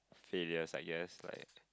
feel yes like yes right